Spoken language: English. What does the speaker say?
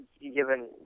given